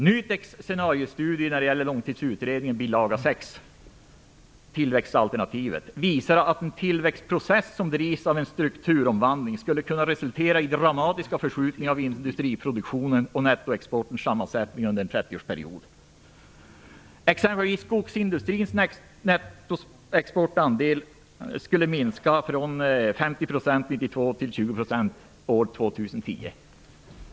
NUTEK:s scenariestudie när det gäller Långtidsutredningens bilaga 6, Tillväxtalternativet, visar att en tillväxtprocess som drivs av en strukturomvandling skulle kunna resultera i dramatiska förskjutningar av industriproduktionen och nettoexportens sammansättning under en 30-årsperiod. Skogsindustrins nettoexportandel exempelvis skulle minska från 50 % år 1992 till 20 % år 2010.